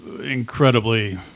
incredibly